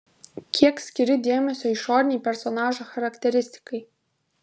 kiek skiri dėmesio išorinei personažo charakteristikai